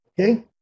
Okay